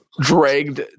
dragged